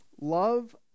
Love